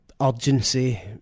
urgency